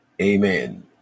amen